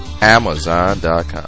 Amazon.com